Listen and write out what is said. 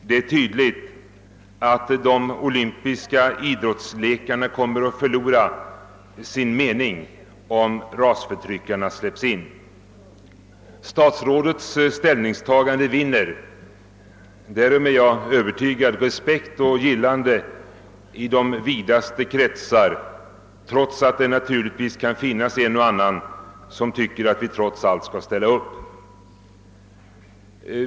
Det är tydligt att de olympiska idrottslekarna kommer att förlora sin mening, om rasförtryckarna släpps in. Statsrådets ställningstagande vinner — därom är jag övertygad — respekt och gillande i de vidaste kretsar, trots att det naturligtvis kan finnas en och annan som tycker att vi i alla fall skall ställa upp.